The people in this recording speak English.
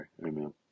amen